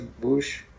Bush